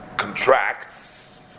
contracts